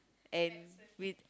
and with